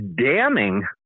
damning